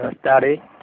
study